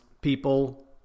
people